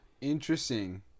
Interesting